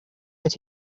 that